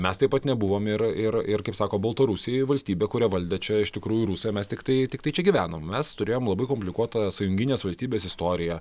mes taip pat nebuvom ir ir ir kaip sako baltarusijoj valstybė kurią valdė čia iš tikrųjų rusai mes tiktai tiktai čia gyvenom mes turėjom labai komplikuotą sąjunginės valstybės istoriją